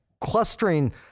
clustering